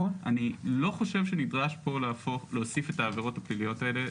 אני לא חושב שנדרש פה להוסיף את העבירות הפליליות האלה.